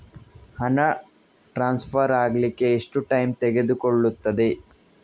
ಹಣ ಟ್ರಾನ್ಸ್ಫರ್ ಅಗ್ಲಿಕ್ಕೆ ಎಷ್ಟು ಟೈಮ್ ತೆಗೆದುಕೊಳ್ಳುತ್ತದೆ?